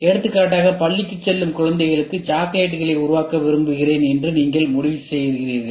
எடுத்துக்காட்டாக பள்ளிக்குச் செல்லும் குழந்தைகளுக்கு சாக்லேட்டுகளை உருவாக்க விரும்புகிறேன் என்று நீங்கள் முடிவு செய்கிறீர்கள்